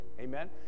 Amen